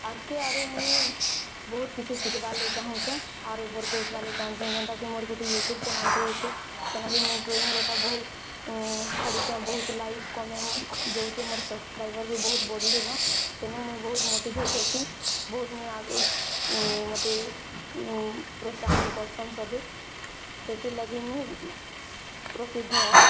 ଆଗକେ ଆରୁ ମୁଇଁ ବହୁତ୍ କିଛି ଶିଖ୍ବାର୍ ଲାଗି ଚାହୁଁଚେ ଆରୁ ଉପରକୁ ଉଠ୍ବାରକେ ଚାହୁଁଚେ ଯେଣ୍ଟା କି ମୋର୍ ଗୁଟେ ୟୁଟ୍ୟୁବ୍ ଚ୍ୟାନେଲ୍ଟେ ଅଛି ସେନେ ବି ମୁଇଁ ଡ଼୍ରଇଁର ଟା ବହୁତ୍ ଛାଡ଼ିଚି ବହୁତ୍ ଲାଇକ୍ କମେଣ୍ଟ୍ ଯାଉଚେ ମୋର ସବ୍ସ୍କ୍ରାଇବର୍ ବି ବହୁତ୍ ବଢ଼ିଲେ ନ ସେନୁ ମୁଇଁ ବହୁତ୍ ମୋଟିଭେଟ୍ ହେସିଁ ବହୁତ୍ ମୁଇଁ ମୋତେ ପ୍ରୋତ୍ସାହନ୍ କର୍ସନ୍ ସଭିଏଁ ସେଥିରଲାଗି ମୁଇଁ ପ୍ରସିଦ୍ଧ ହେ